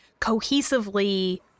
cohesively